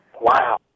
Wow